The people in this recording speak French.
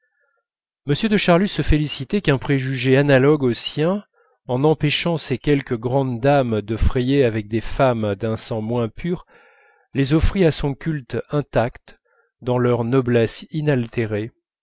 m de charlus se félicitait qu'un préjugé analogue au sien en empêchant ces quelques grandes dames de frayer avec des femmes d'un sang moins pur les offrît à son culte intactes dans leur noblesse inaltérée